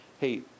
hey